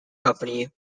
company